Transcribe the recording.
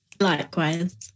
Likewise